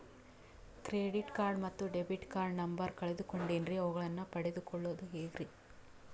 Credit card ಮತ್ತು debit card number ಕಳೆದುಕೊಂಡಿನ್ರಿ ಅವುಗಳನ್ನ ಪಡೆದು ಕೊಳ್ಳೋದು ಹೇಗ್ರಿ?